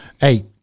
Hey